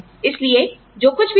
इसलिए जो कुछ भी हो